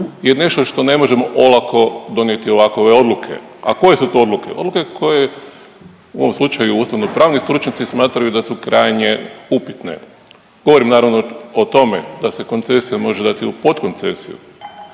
je nešto što ne možemo olako donijeti ovakove odluke. A koje su to odluke? Odluke koje u ovom slučaju, ustavnopravni stručnjaci smatraju da su krajnje upitne. Govorim naravno o tome da se koncesijom može dati u podkoncesiju,